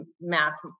mass